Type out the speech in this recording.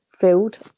filled